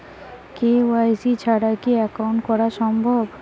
KYC ছাড়া কি account করা সম্ভব?